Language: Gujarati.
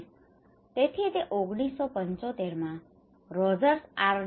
અને તેથી તે 1975 માં રોઝર્સ આર